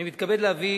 אני מתכבד להביא